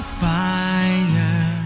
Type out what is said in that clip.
fire